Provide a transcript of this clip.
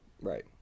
right